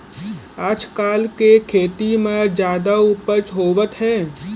आजकाल के खेती म जादा उपज होवत हे